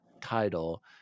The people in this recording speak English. title